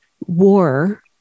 war